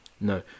No